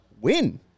win